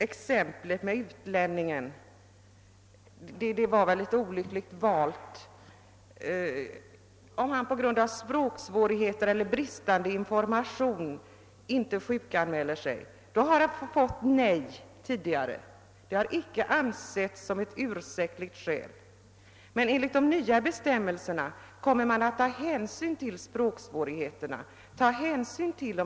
Exemplet med utlänningen var väl litet olyckligt valt. Tidigare har inte språksvårigheter eller brist på information ansetts vara ursäktligt skäl för att inte sjukanmäla sig, men enligt de nya bestämmelserna skall hänsyn tas även till sådana omständigheter.